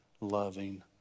loving